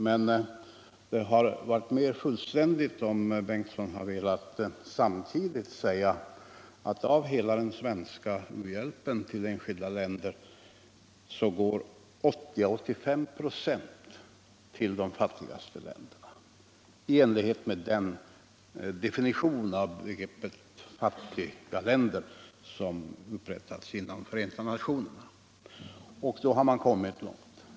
Men det hade varit mer fullständigt om herr Bengtson samtidigt hade sagt att av hela den svenska u-hjälpen till enskilda länder går 80 å 85 "4 ull de fattigaste länderna i enlighet med den definition av begreppet fattiga länder som upprättats inom FN.